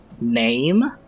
name